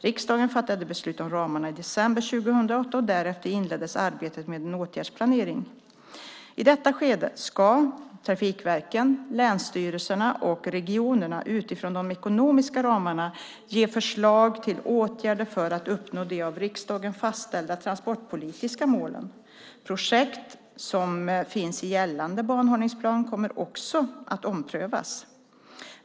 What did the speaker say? Riksdagen fattade beslut om ramarna i december 2008, och därefter inleddes arbetet med åtgärdsplaneringen. I detta skede ska trafikverken, länsstyrelserna och regionerna utifrån de ekonomiska ramarna ge förslag till åtgärder för att uppnå de av riksdagen fastställda transportpolitiska målen. Projekt som finns i gällande banhållningsplan kommer också att omprövas.